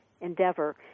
endeavor